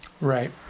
Right